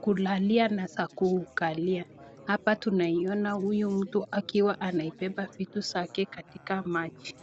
kulalilia na za kukalia. Hapa tunaiona huyu mtu akiwa anabeba vitu zake katika maji.